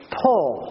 pull